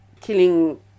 killing